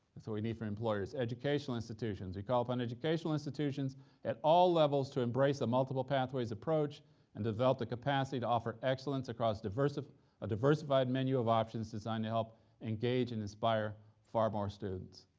and so we need for employers. educational institutions, we call upon education institutions at all levels to embrace a multiple pathways approach and develop the capacity to offer excellence across diversif a diversified menu of options designed to help engage and inspire far more students.